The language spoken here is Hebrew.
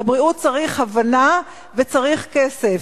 לבריאות צריך הבנה וצריך כסף,